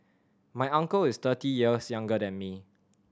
my uncle is thirty years younger than me